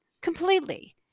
Completely